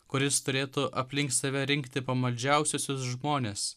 kuris turėtų aplink save rinkti pamaldžiausiuosius žmones